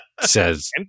says